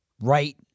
right